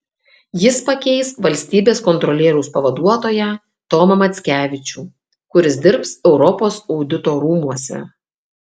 jis pakeis valstybės kontrolieriaus pavaduotoją tomą mackevičių kuris dirbs europos audito rūmuose